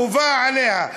חובה עליה.